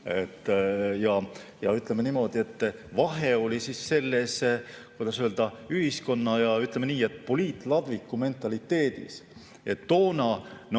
Ja ütleme niimoodi, et vahe oli selles, kuidas öelda, ühiskonna, ja ütleme nii, poliitladviku mentaliteedis. Toona me